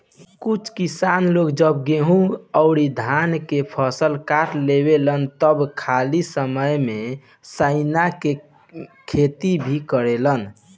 कुछ किसान लोग जब गेंहू अउरी धान के फसल काट लेवेलन त खाली समय में सनइ के खेती भी करेलेन